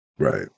Right